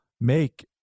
make